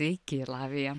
sveiki ir latvija